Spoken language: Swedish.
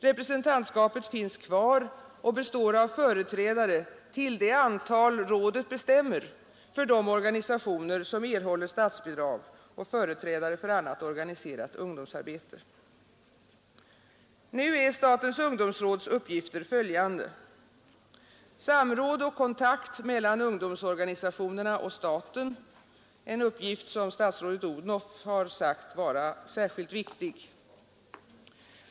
Representantskapet finns kvar och består av företrädare — till det antal rådet bestämmer — för de organisationer som erhåller statsbidrag och företrädare för annat organiserat ungdomsarbete. Nu är statens ungdomsråds uppgifter följande: Samråd och kontakt mellan ungdomsorganisationerna och staten — en uppgift som statsrådet Odhnoff anser särskilt viktig.